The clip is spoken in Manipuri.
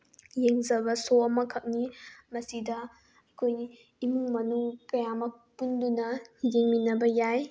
ꯌꯦꯡꯖꯕ ꯁꯣ ꯑꯃꯈꯛꯅꯤ ꯃꯁꯤꯗ ꯑꯩꯈꯣꯏ ꯏꯃꯨꯡ ꯃꯅꯨꯡ ꯀꯌꯥ ꯑꯃ ꯄꯨꯟꯗꯨꯅ ꯌꯦꯡꯃꯤꯟꯅꯕ ꯌꯥꯏ